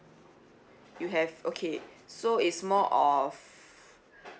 you have okay so it's more of